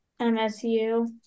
MSU